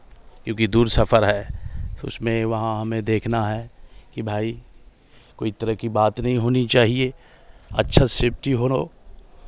क्योंकि दूर सफ़र है फिर उसमें वहाँ हमें देखना है कि भाई कोई तरह कि बात नहीं होनी चाहिए अच्छा सेफ्टी